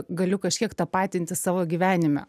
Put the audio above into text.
galiu kažkiek tapatintis savo gyvenime